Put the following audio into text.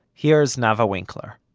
here's nava winkler.